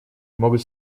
могут